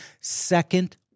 Second